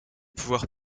pouvoirs